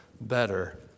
better